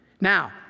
Now